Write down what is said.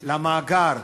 למאגר.